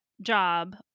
job